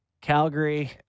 Calgary